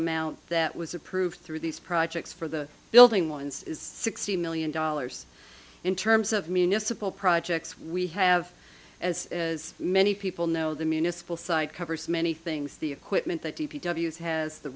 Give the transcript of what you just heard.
amount that was approved through these projects for the building ones is sixty million dollars in terms of municipal projects we have as many people know the municipal side covers many things the equipment that d p w as has the